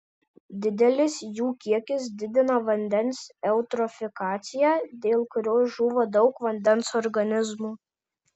didelis jų kiekis didina vandens eutrofikaciją dėl kurios žūva daug vandens organizmų